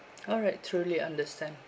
alright truly understand